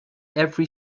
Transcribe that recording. every